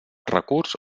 recurs